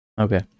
Okay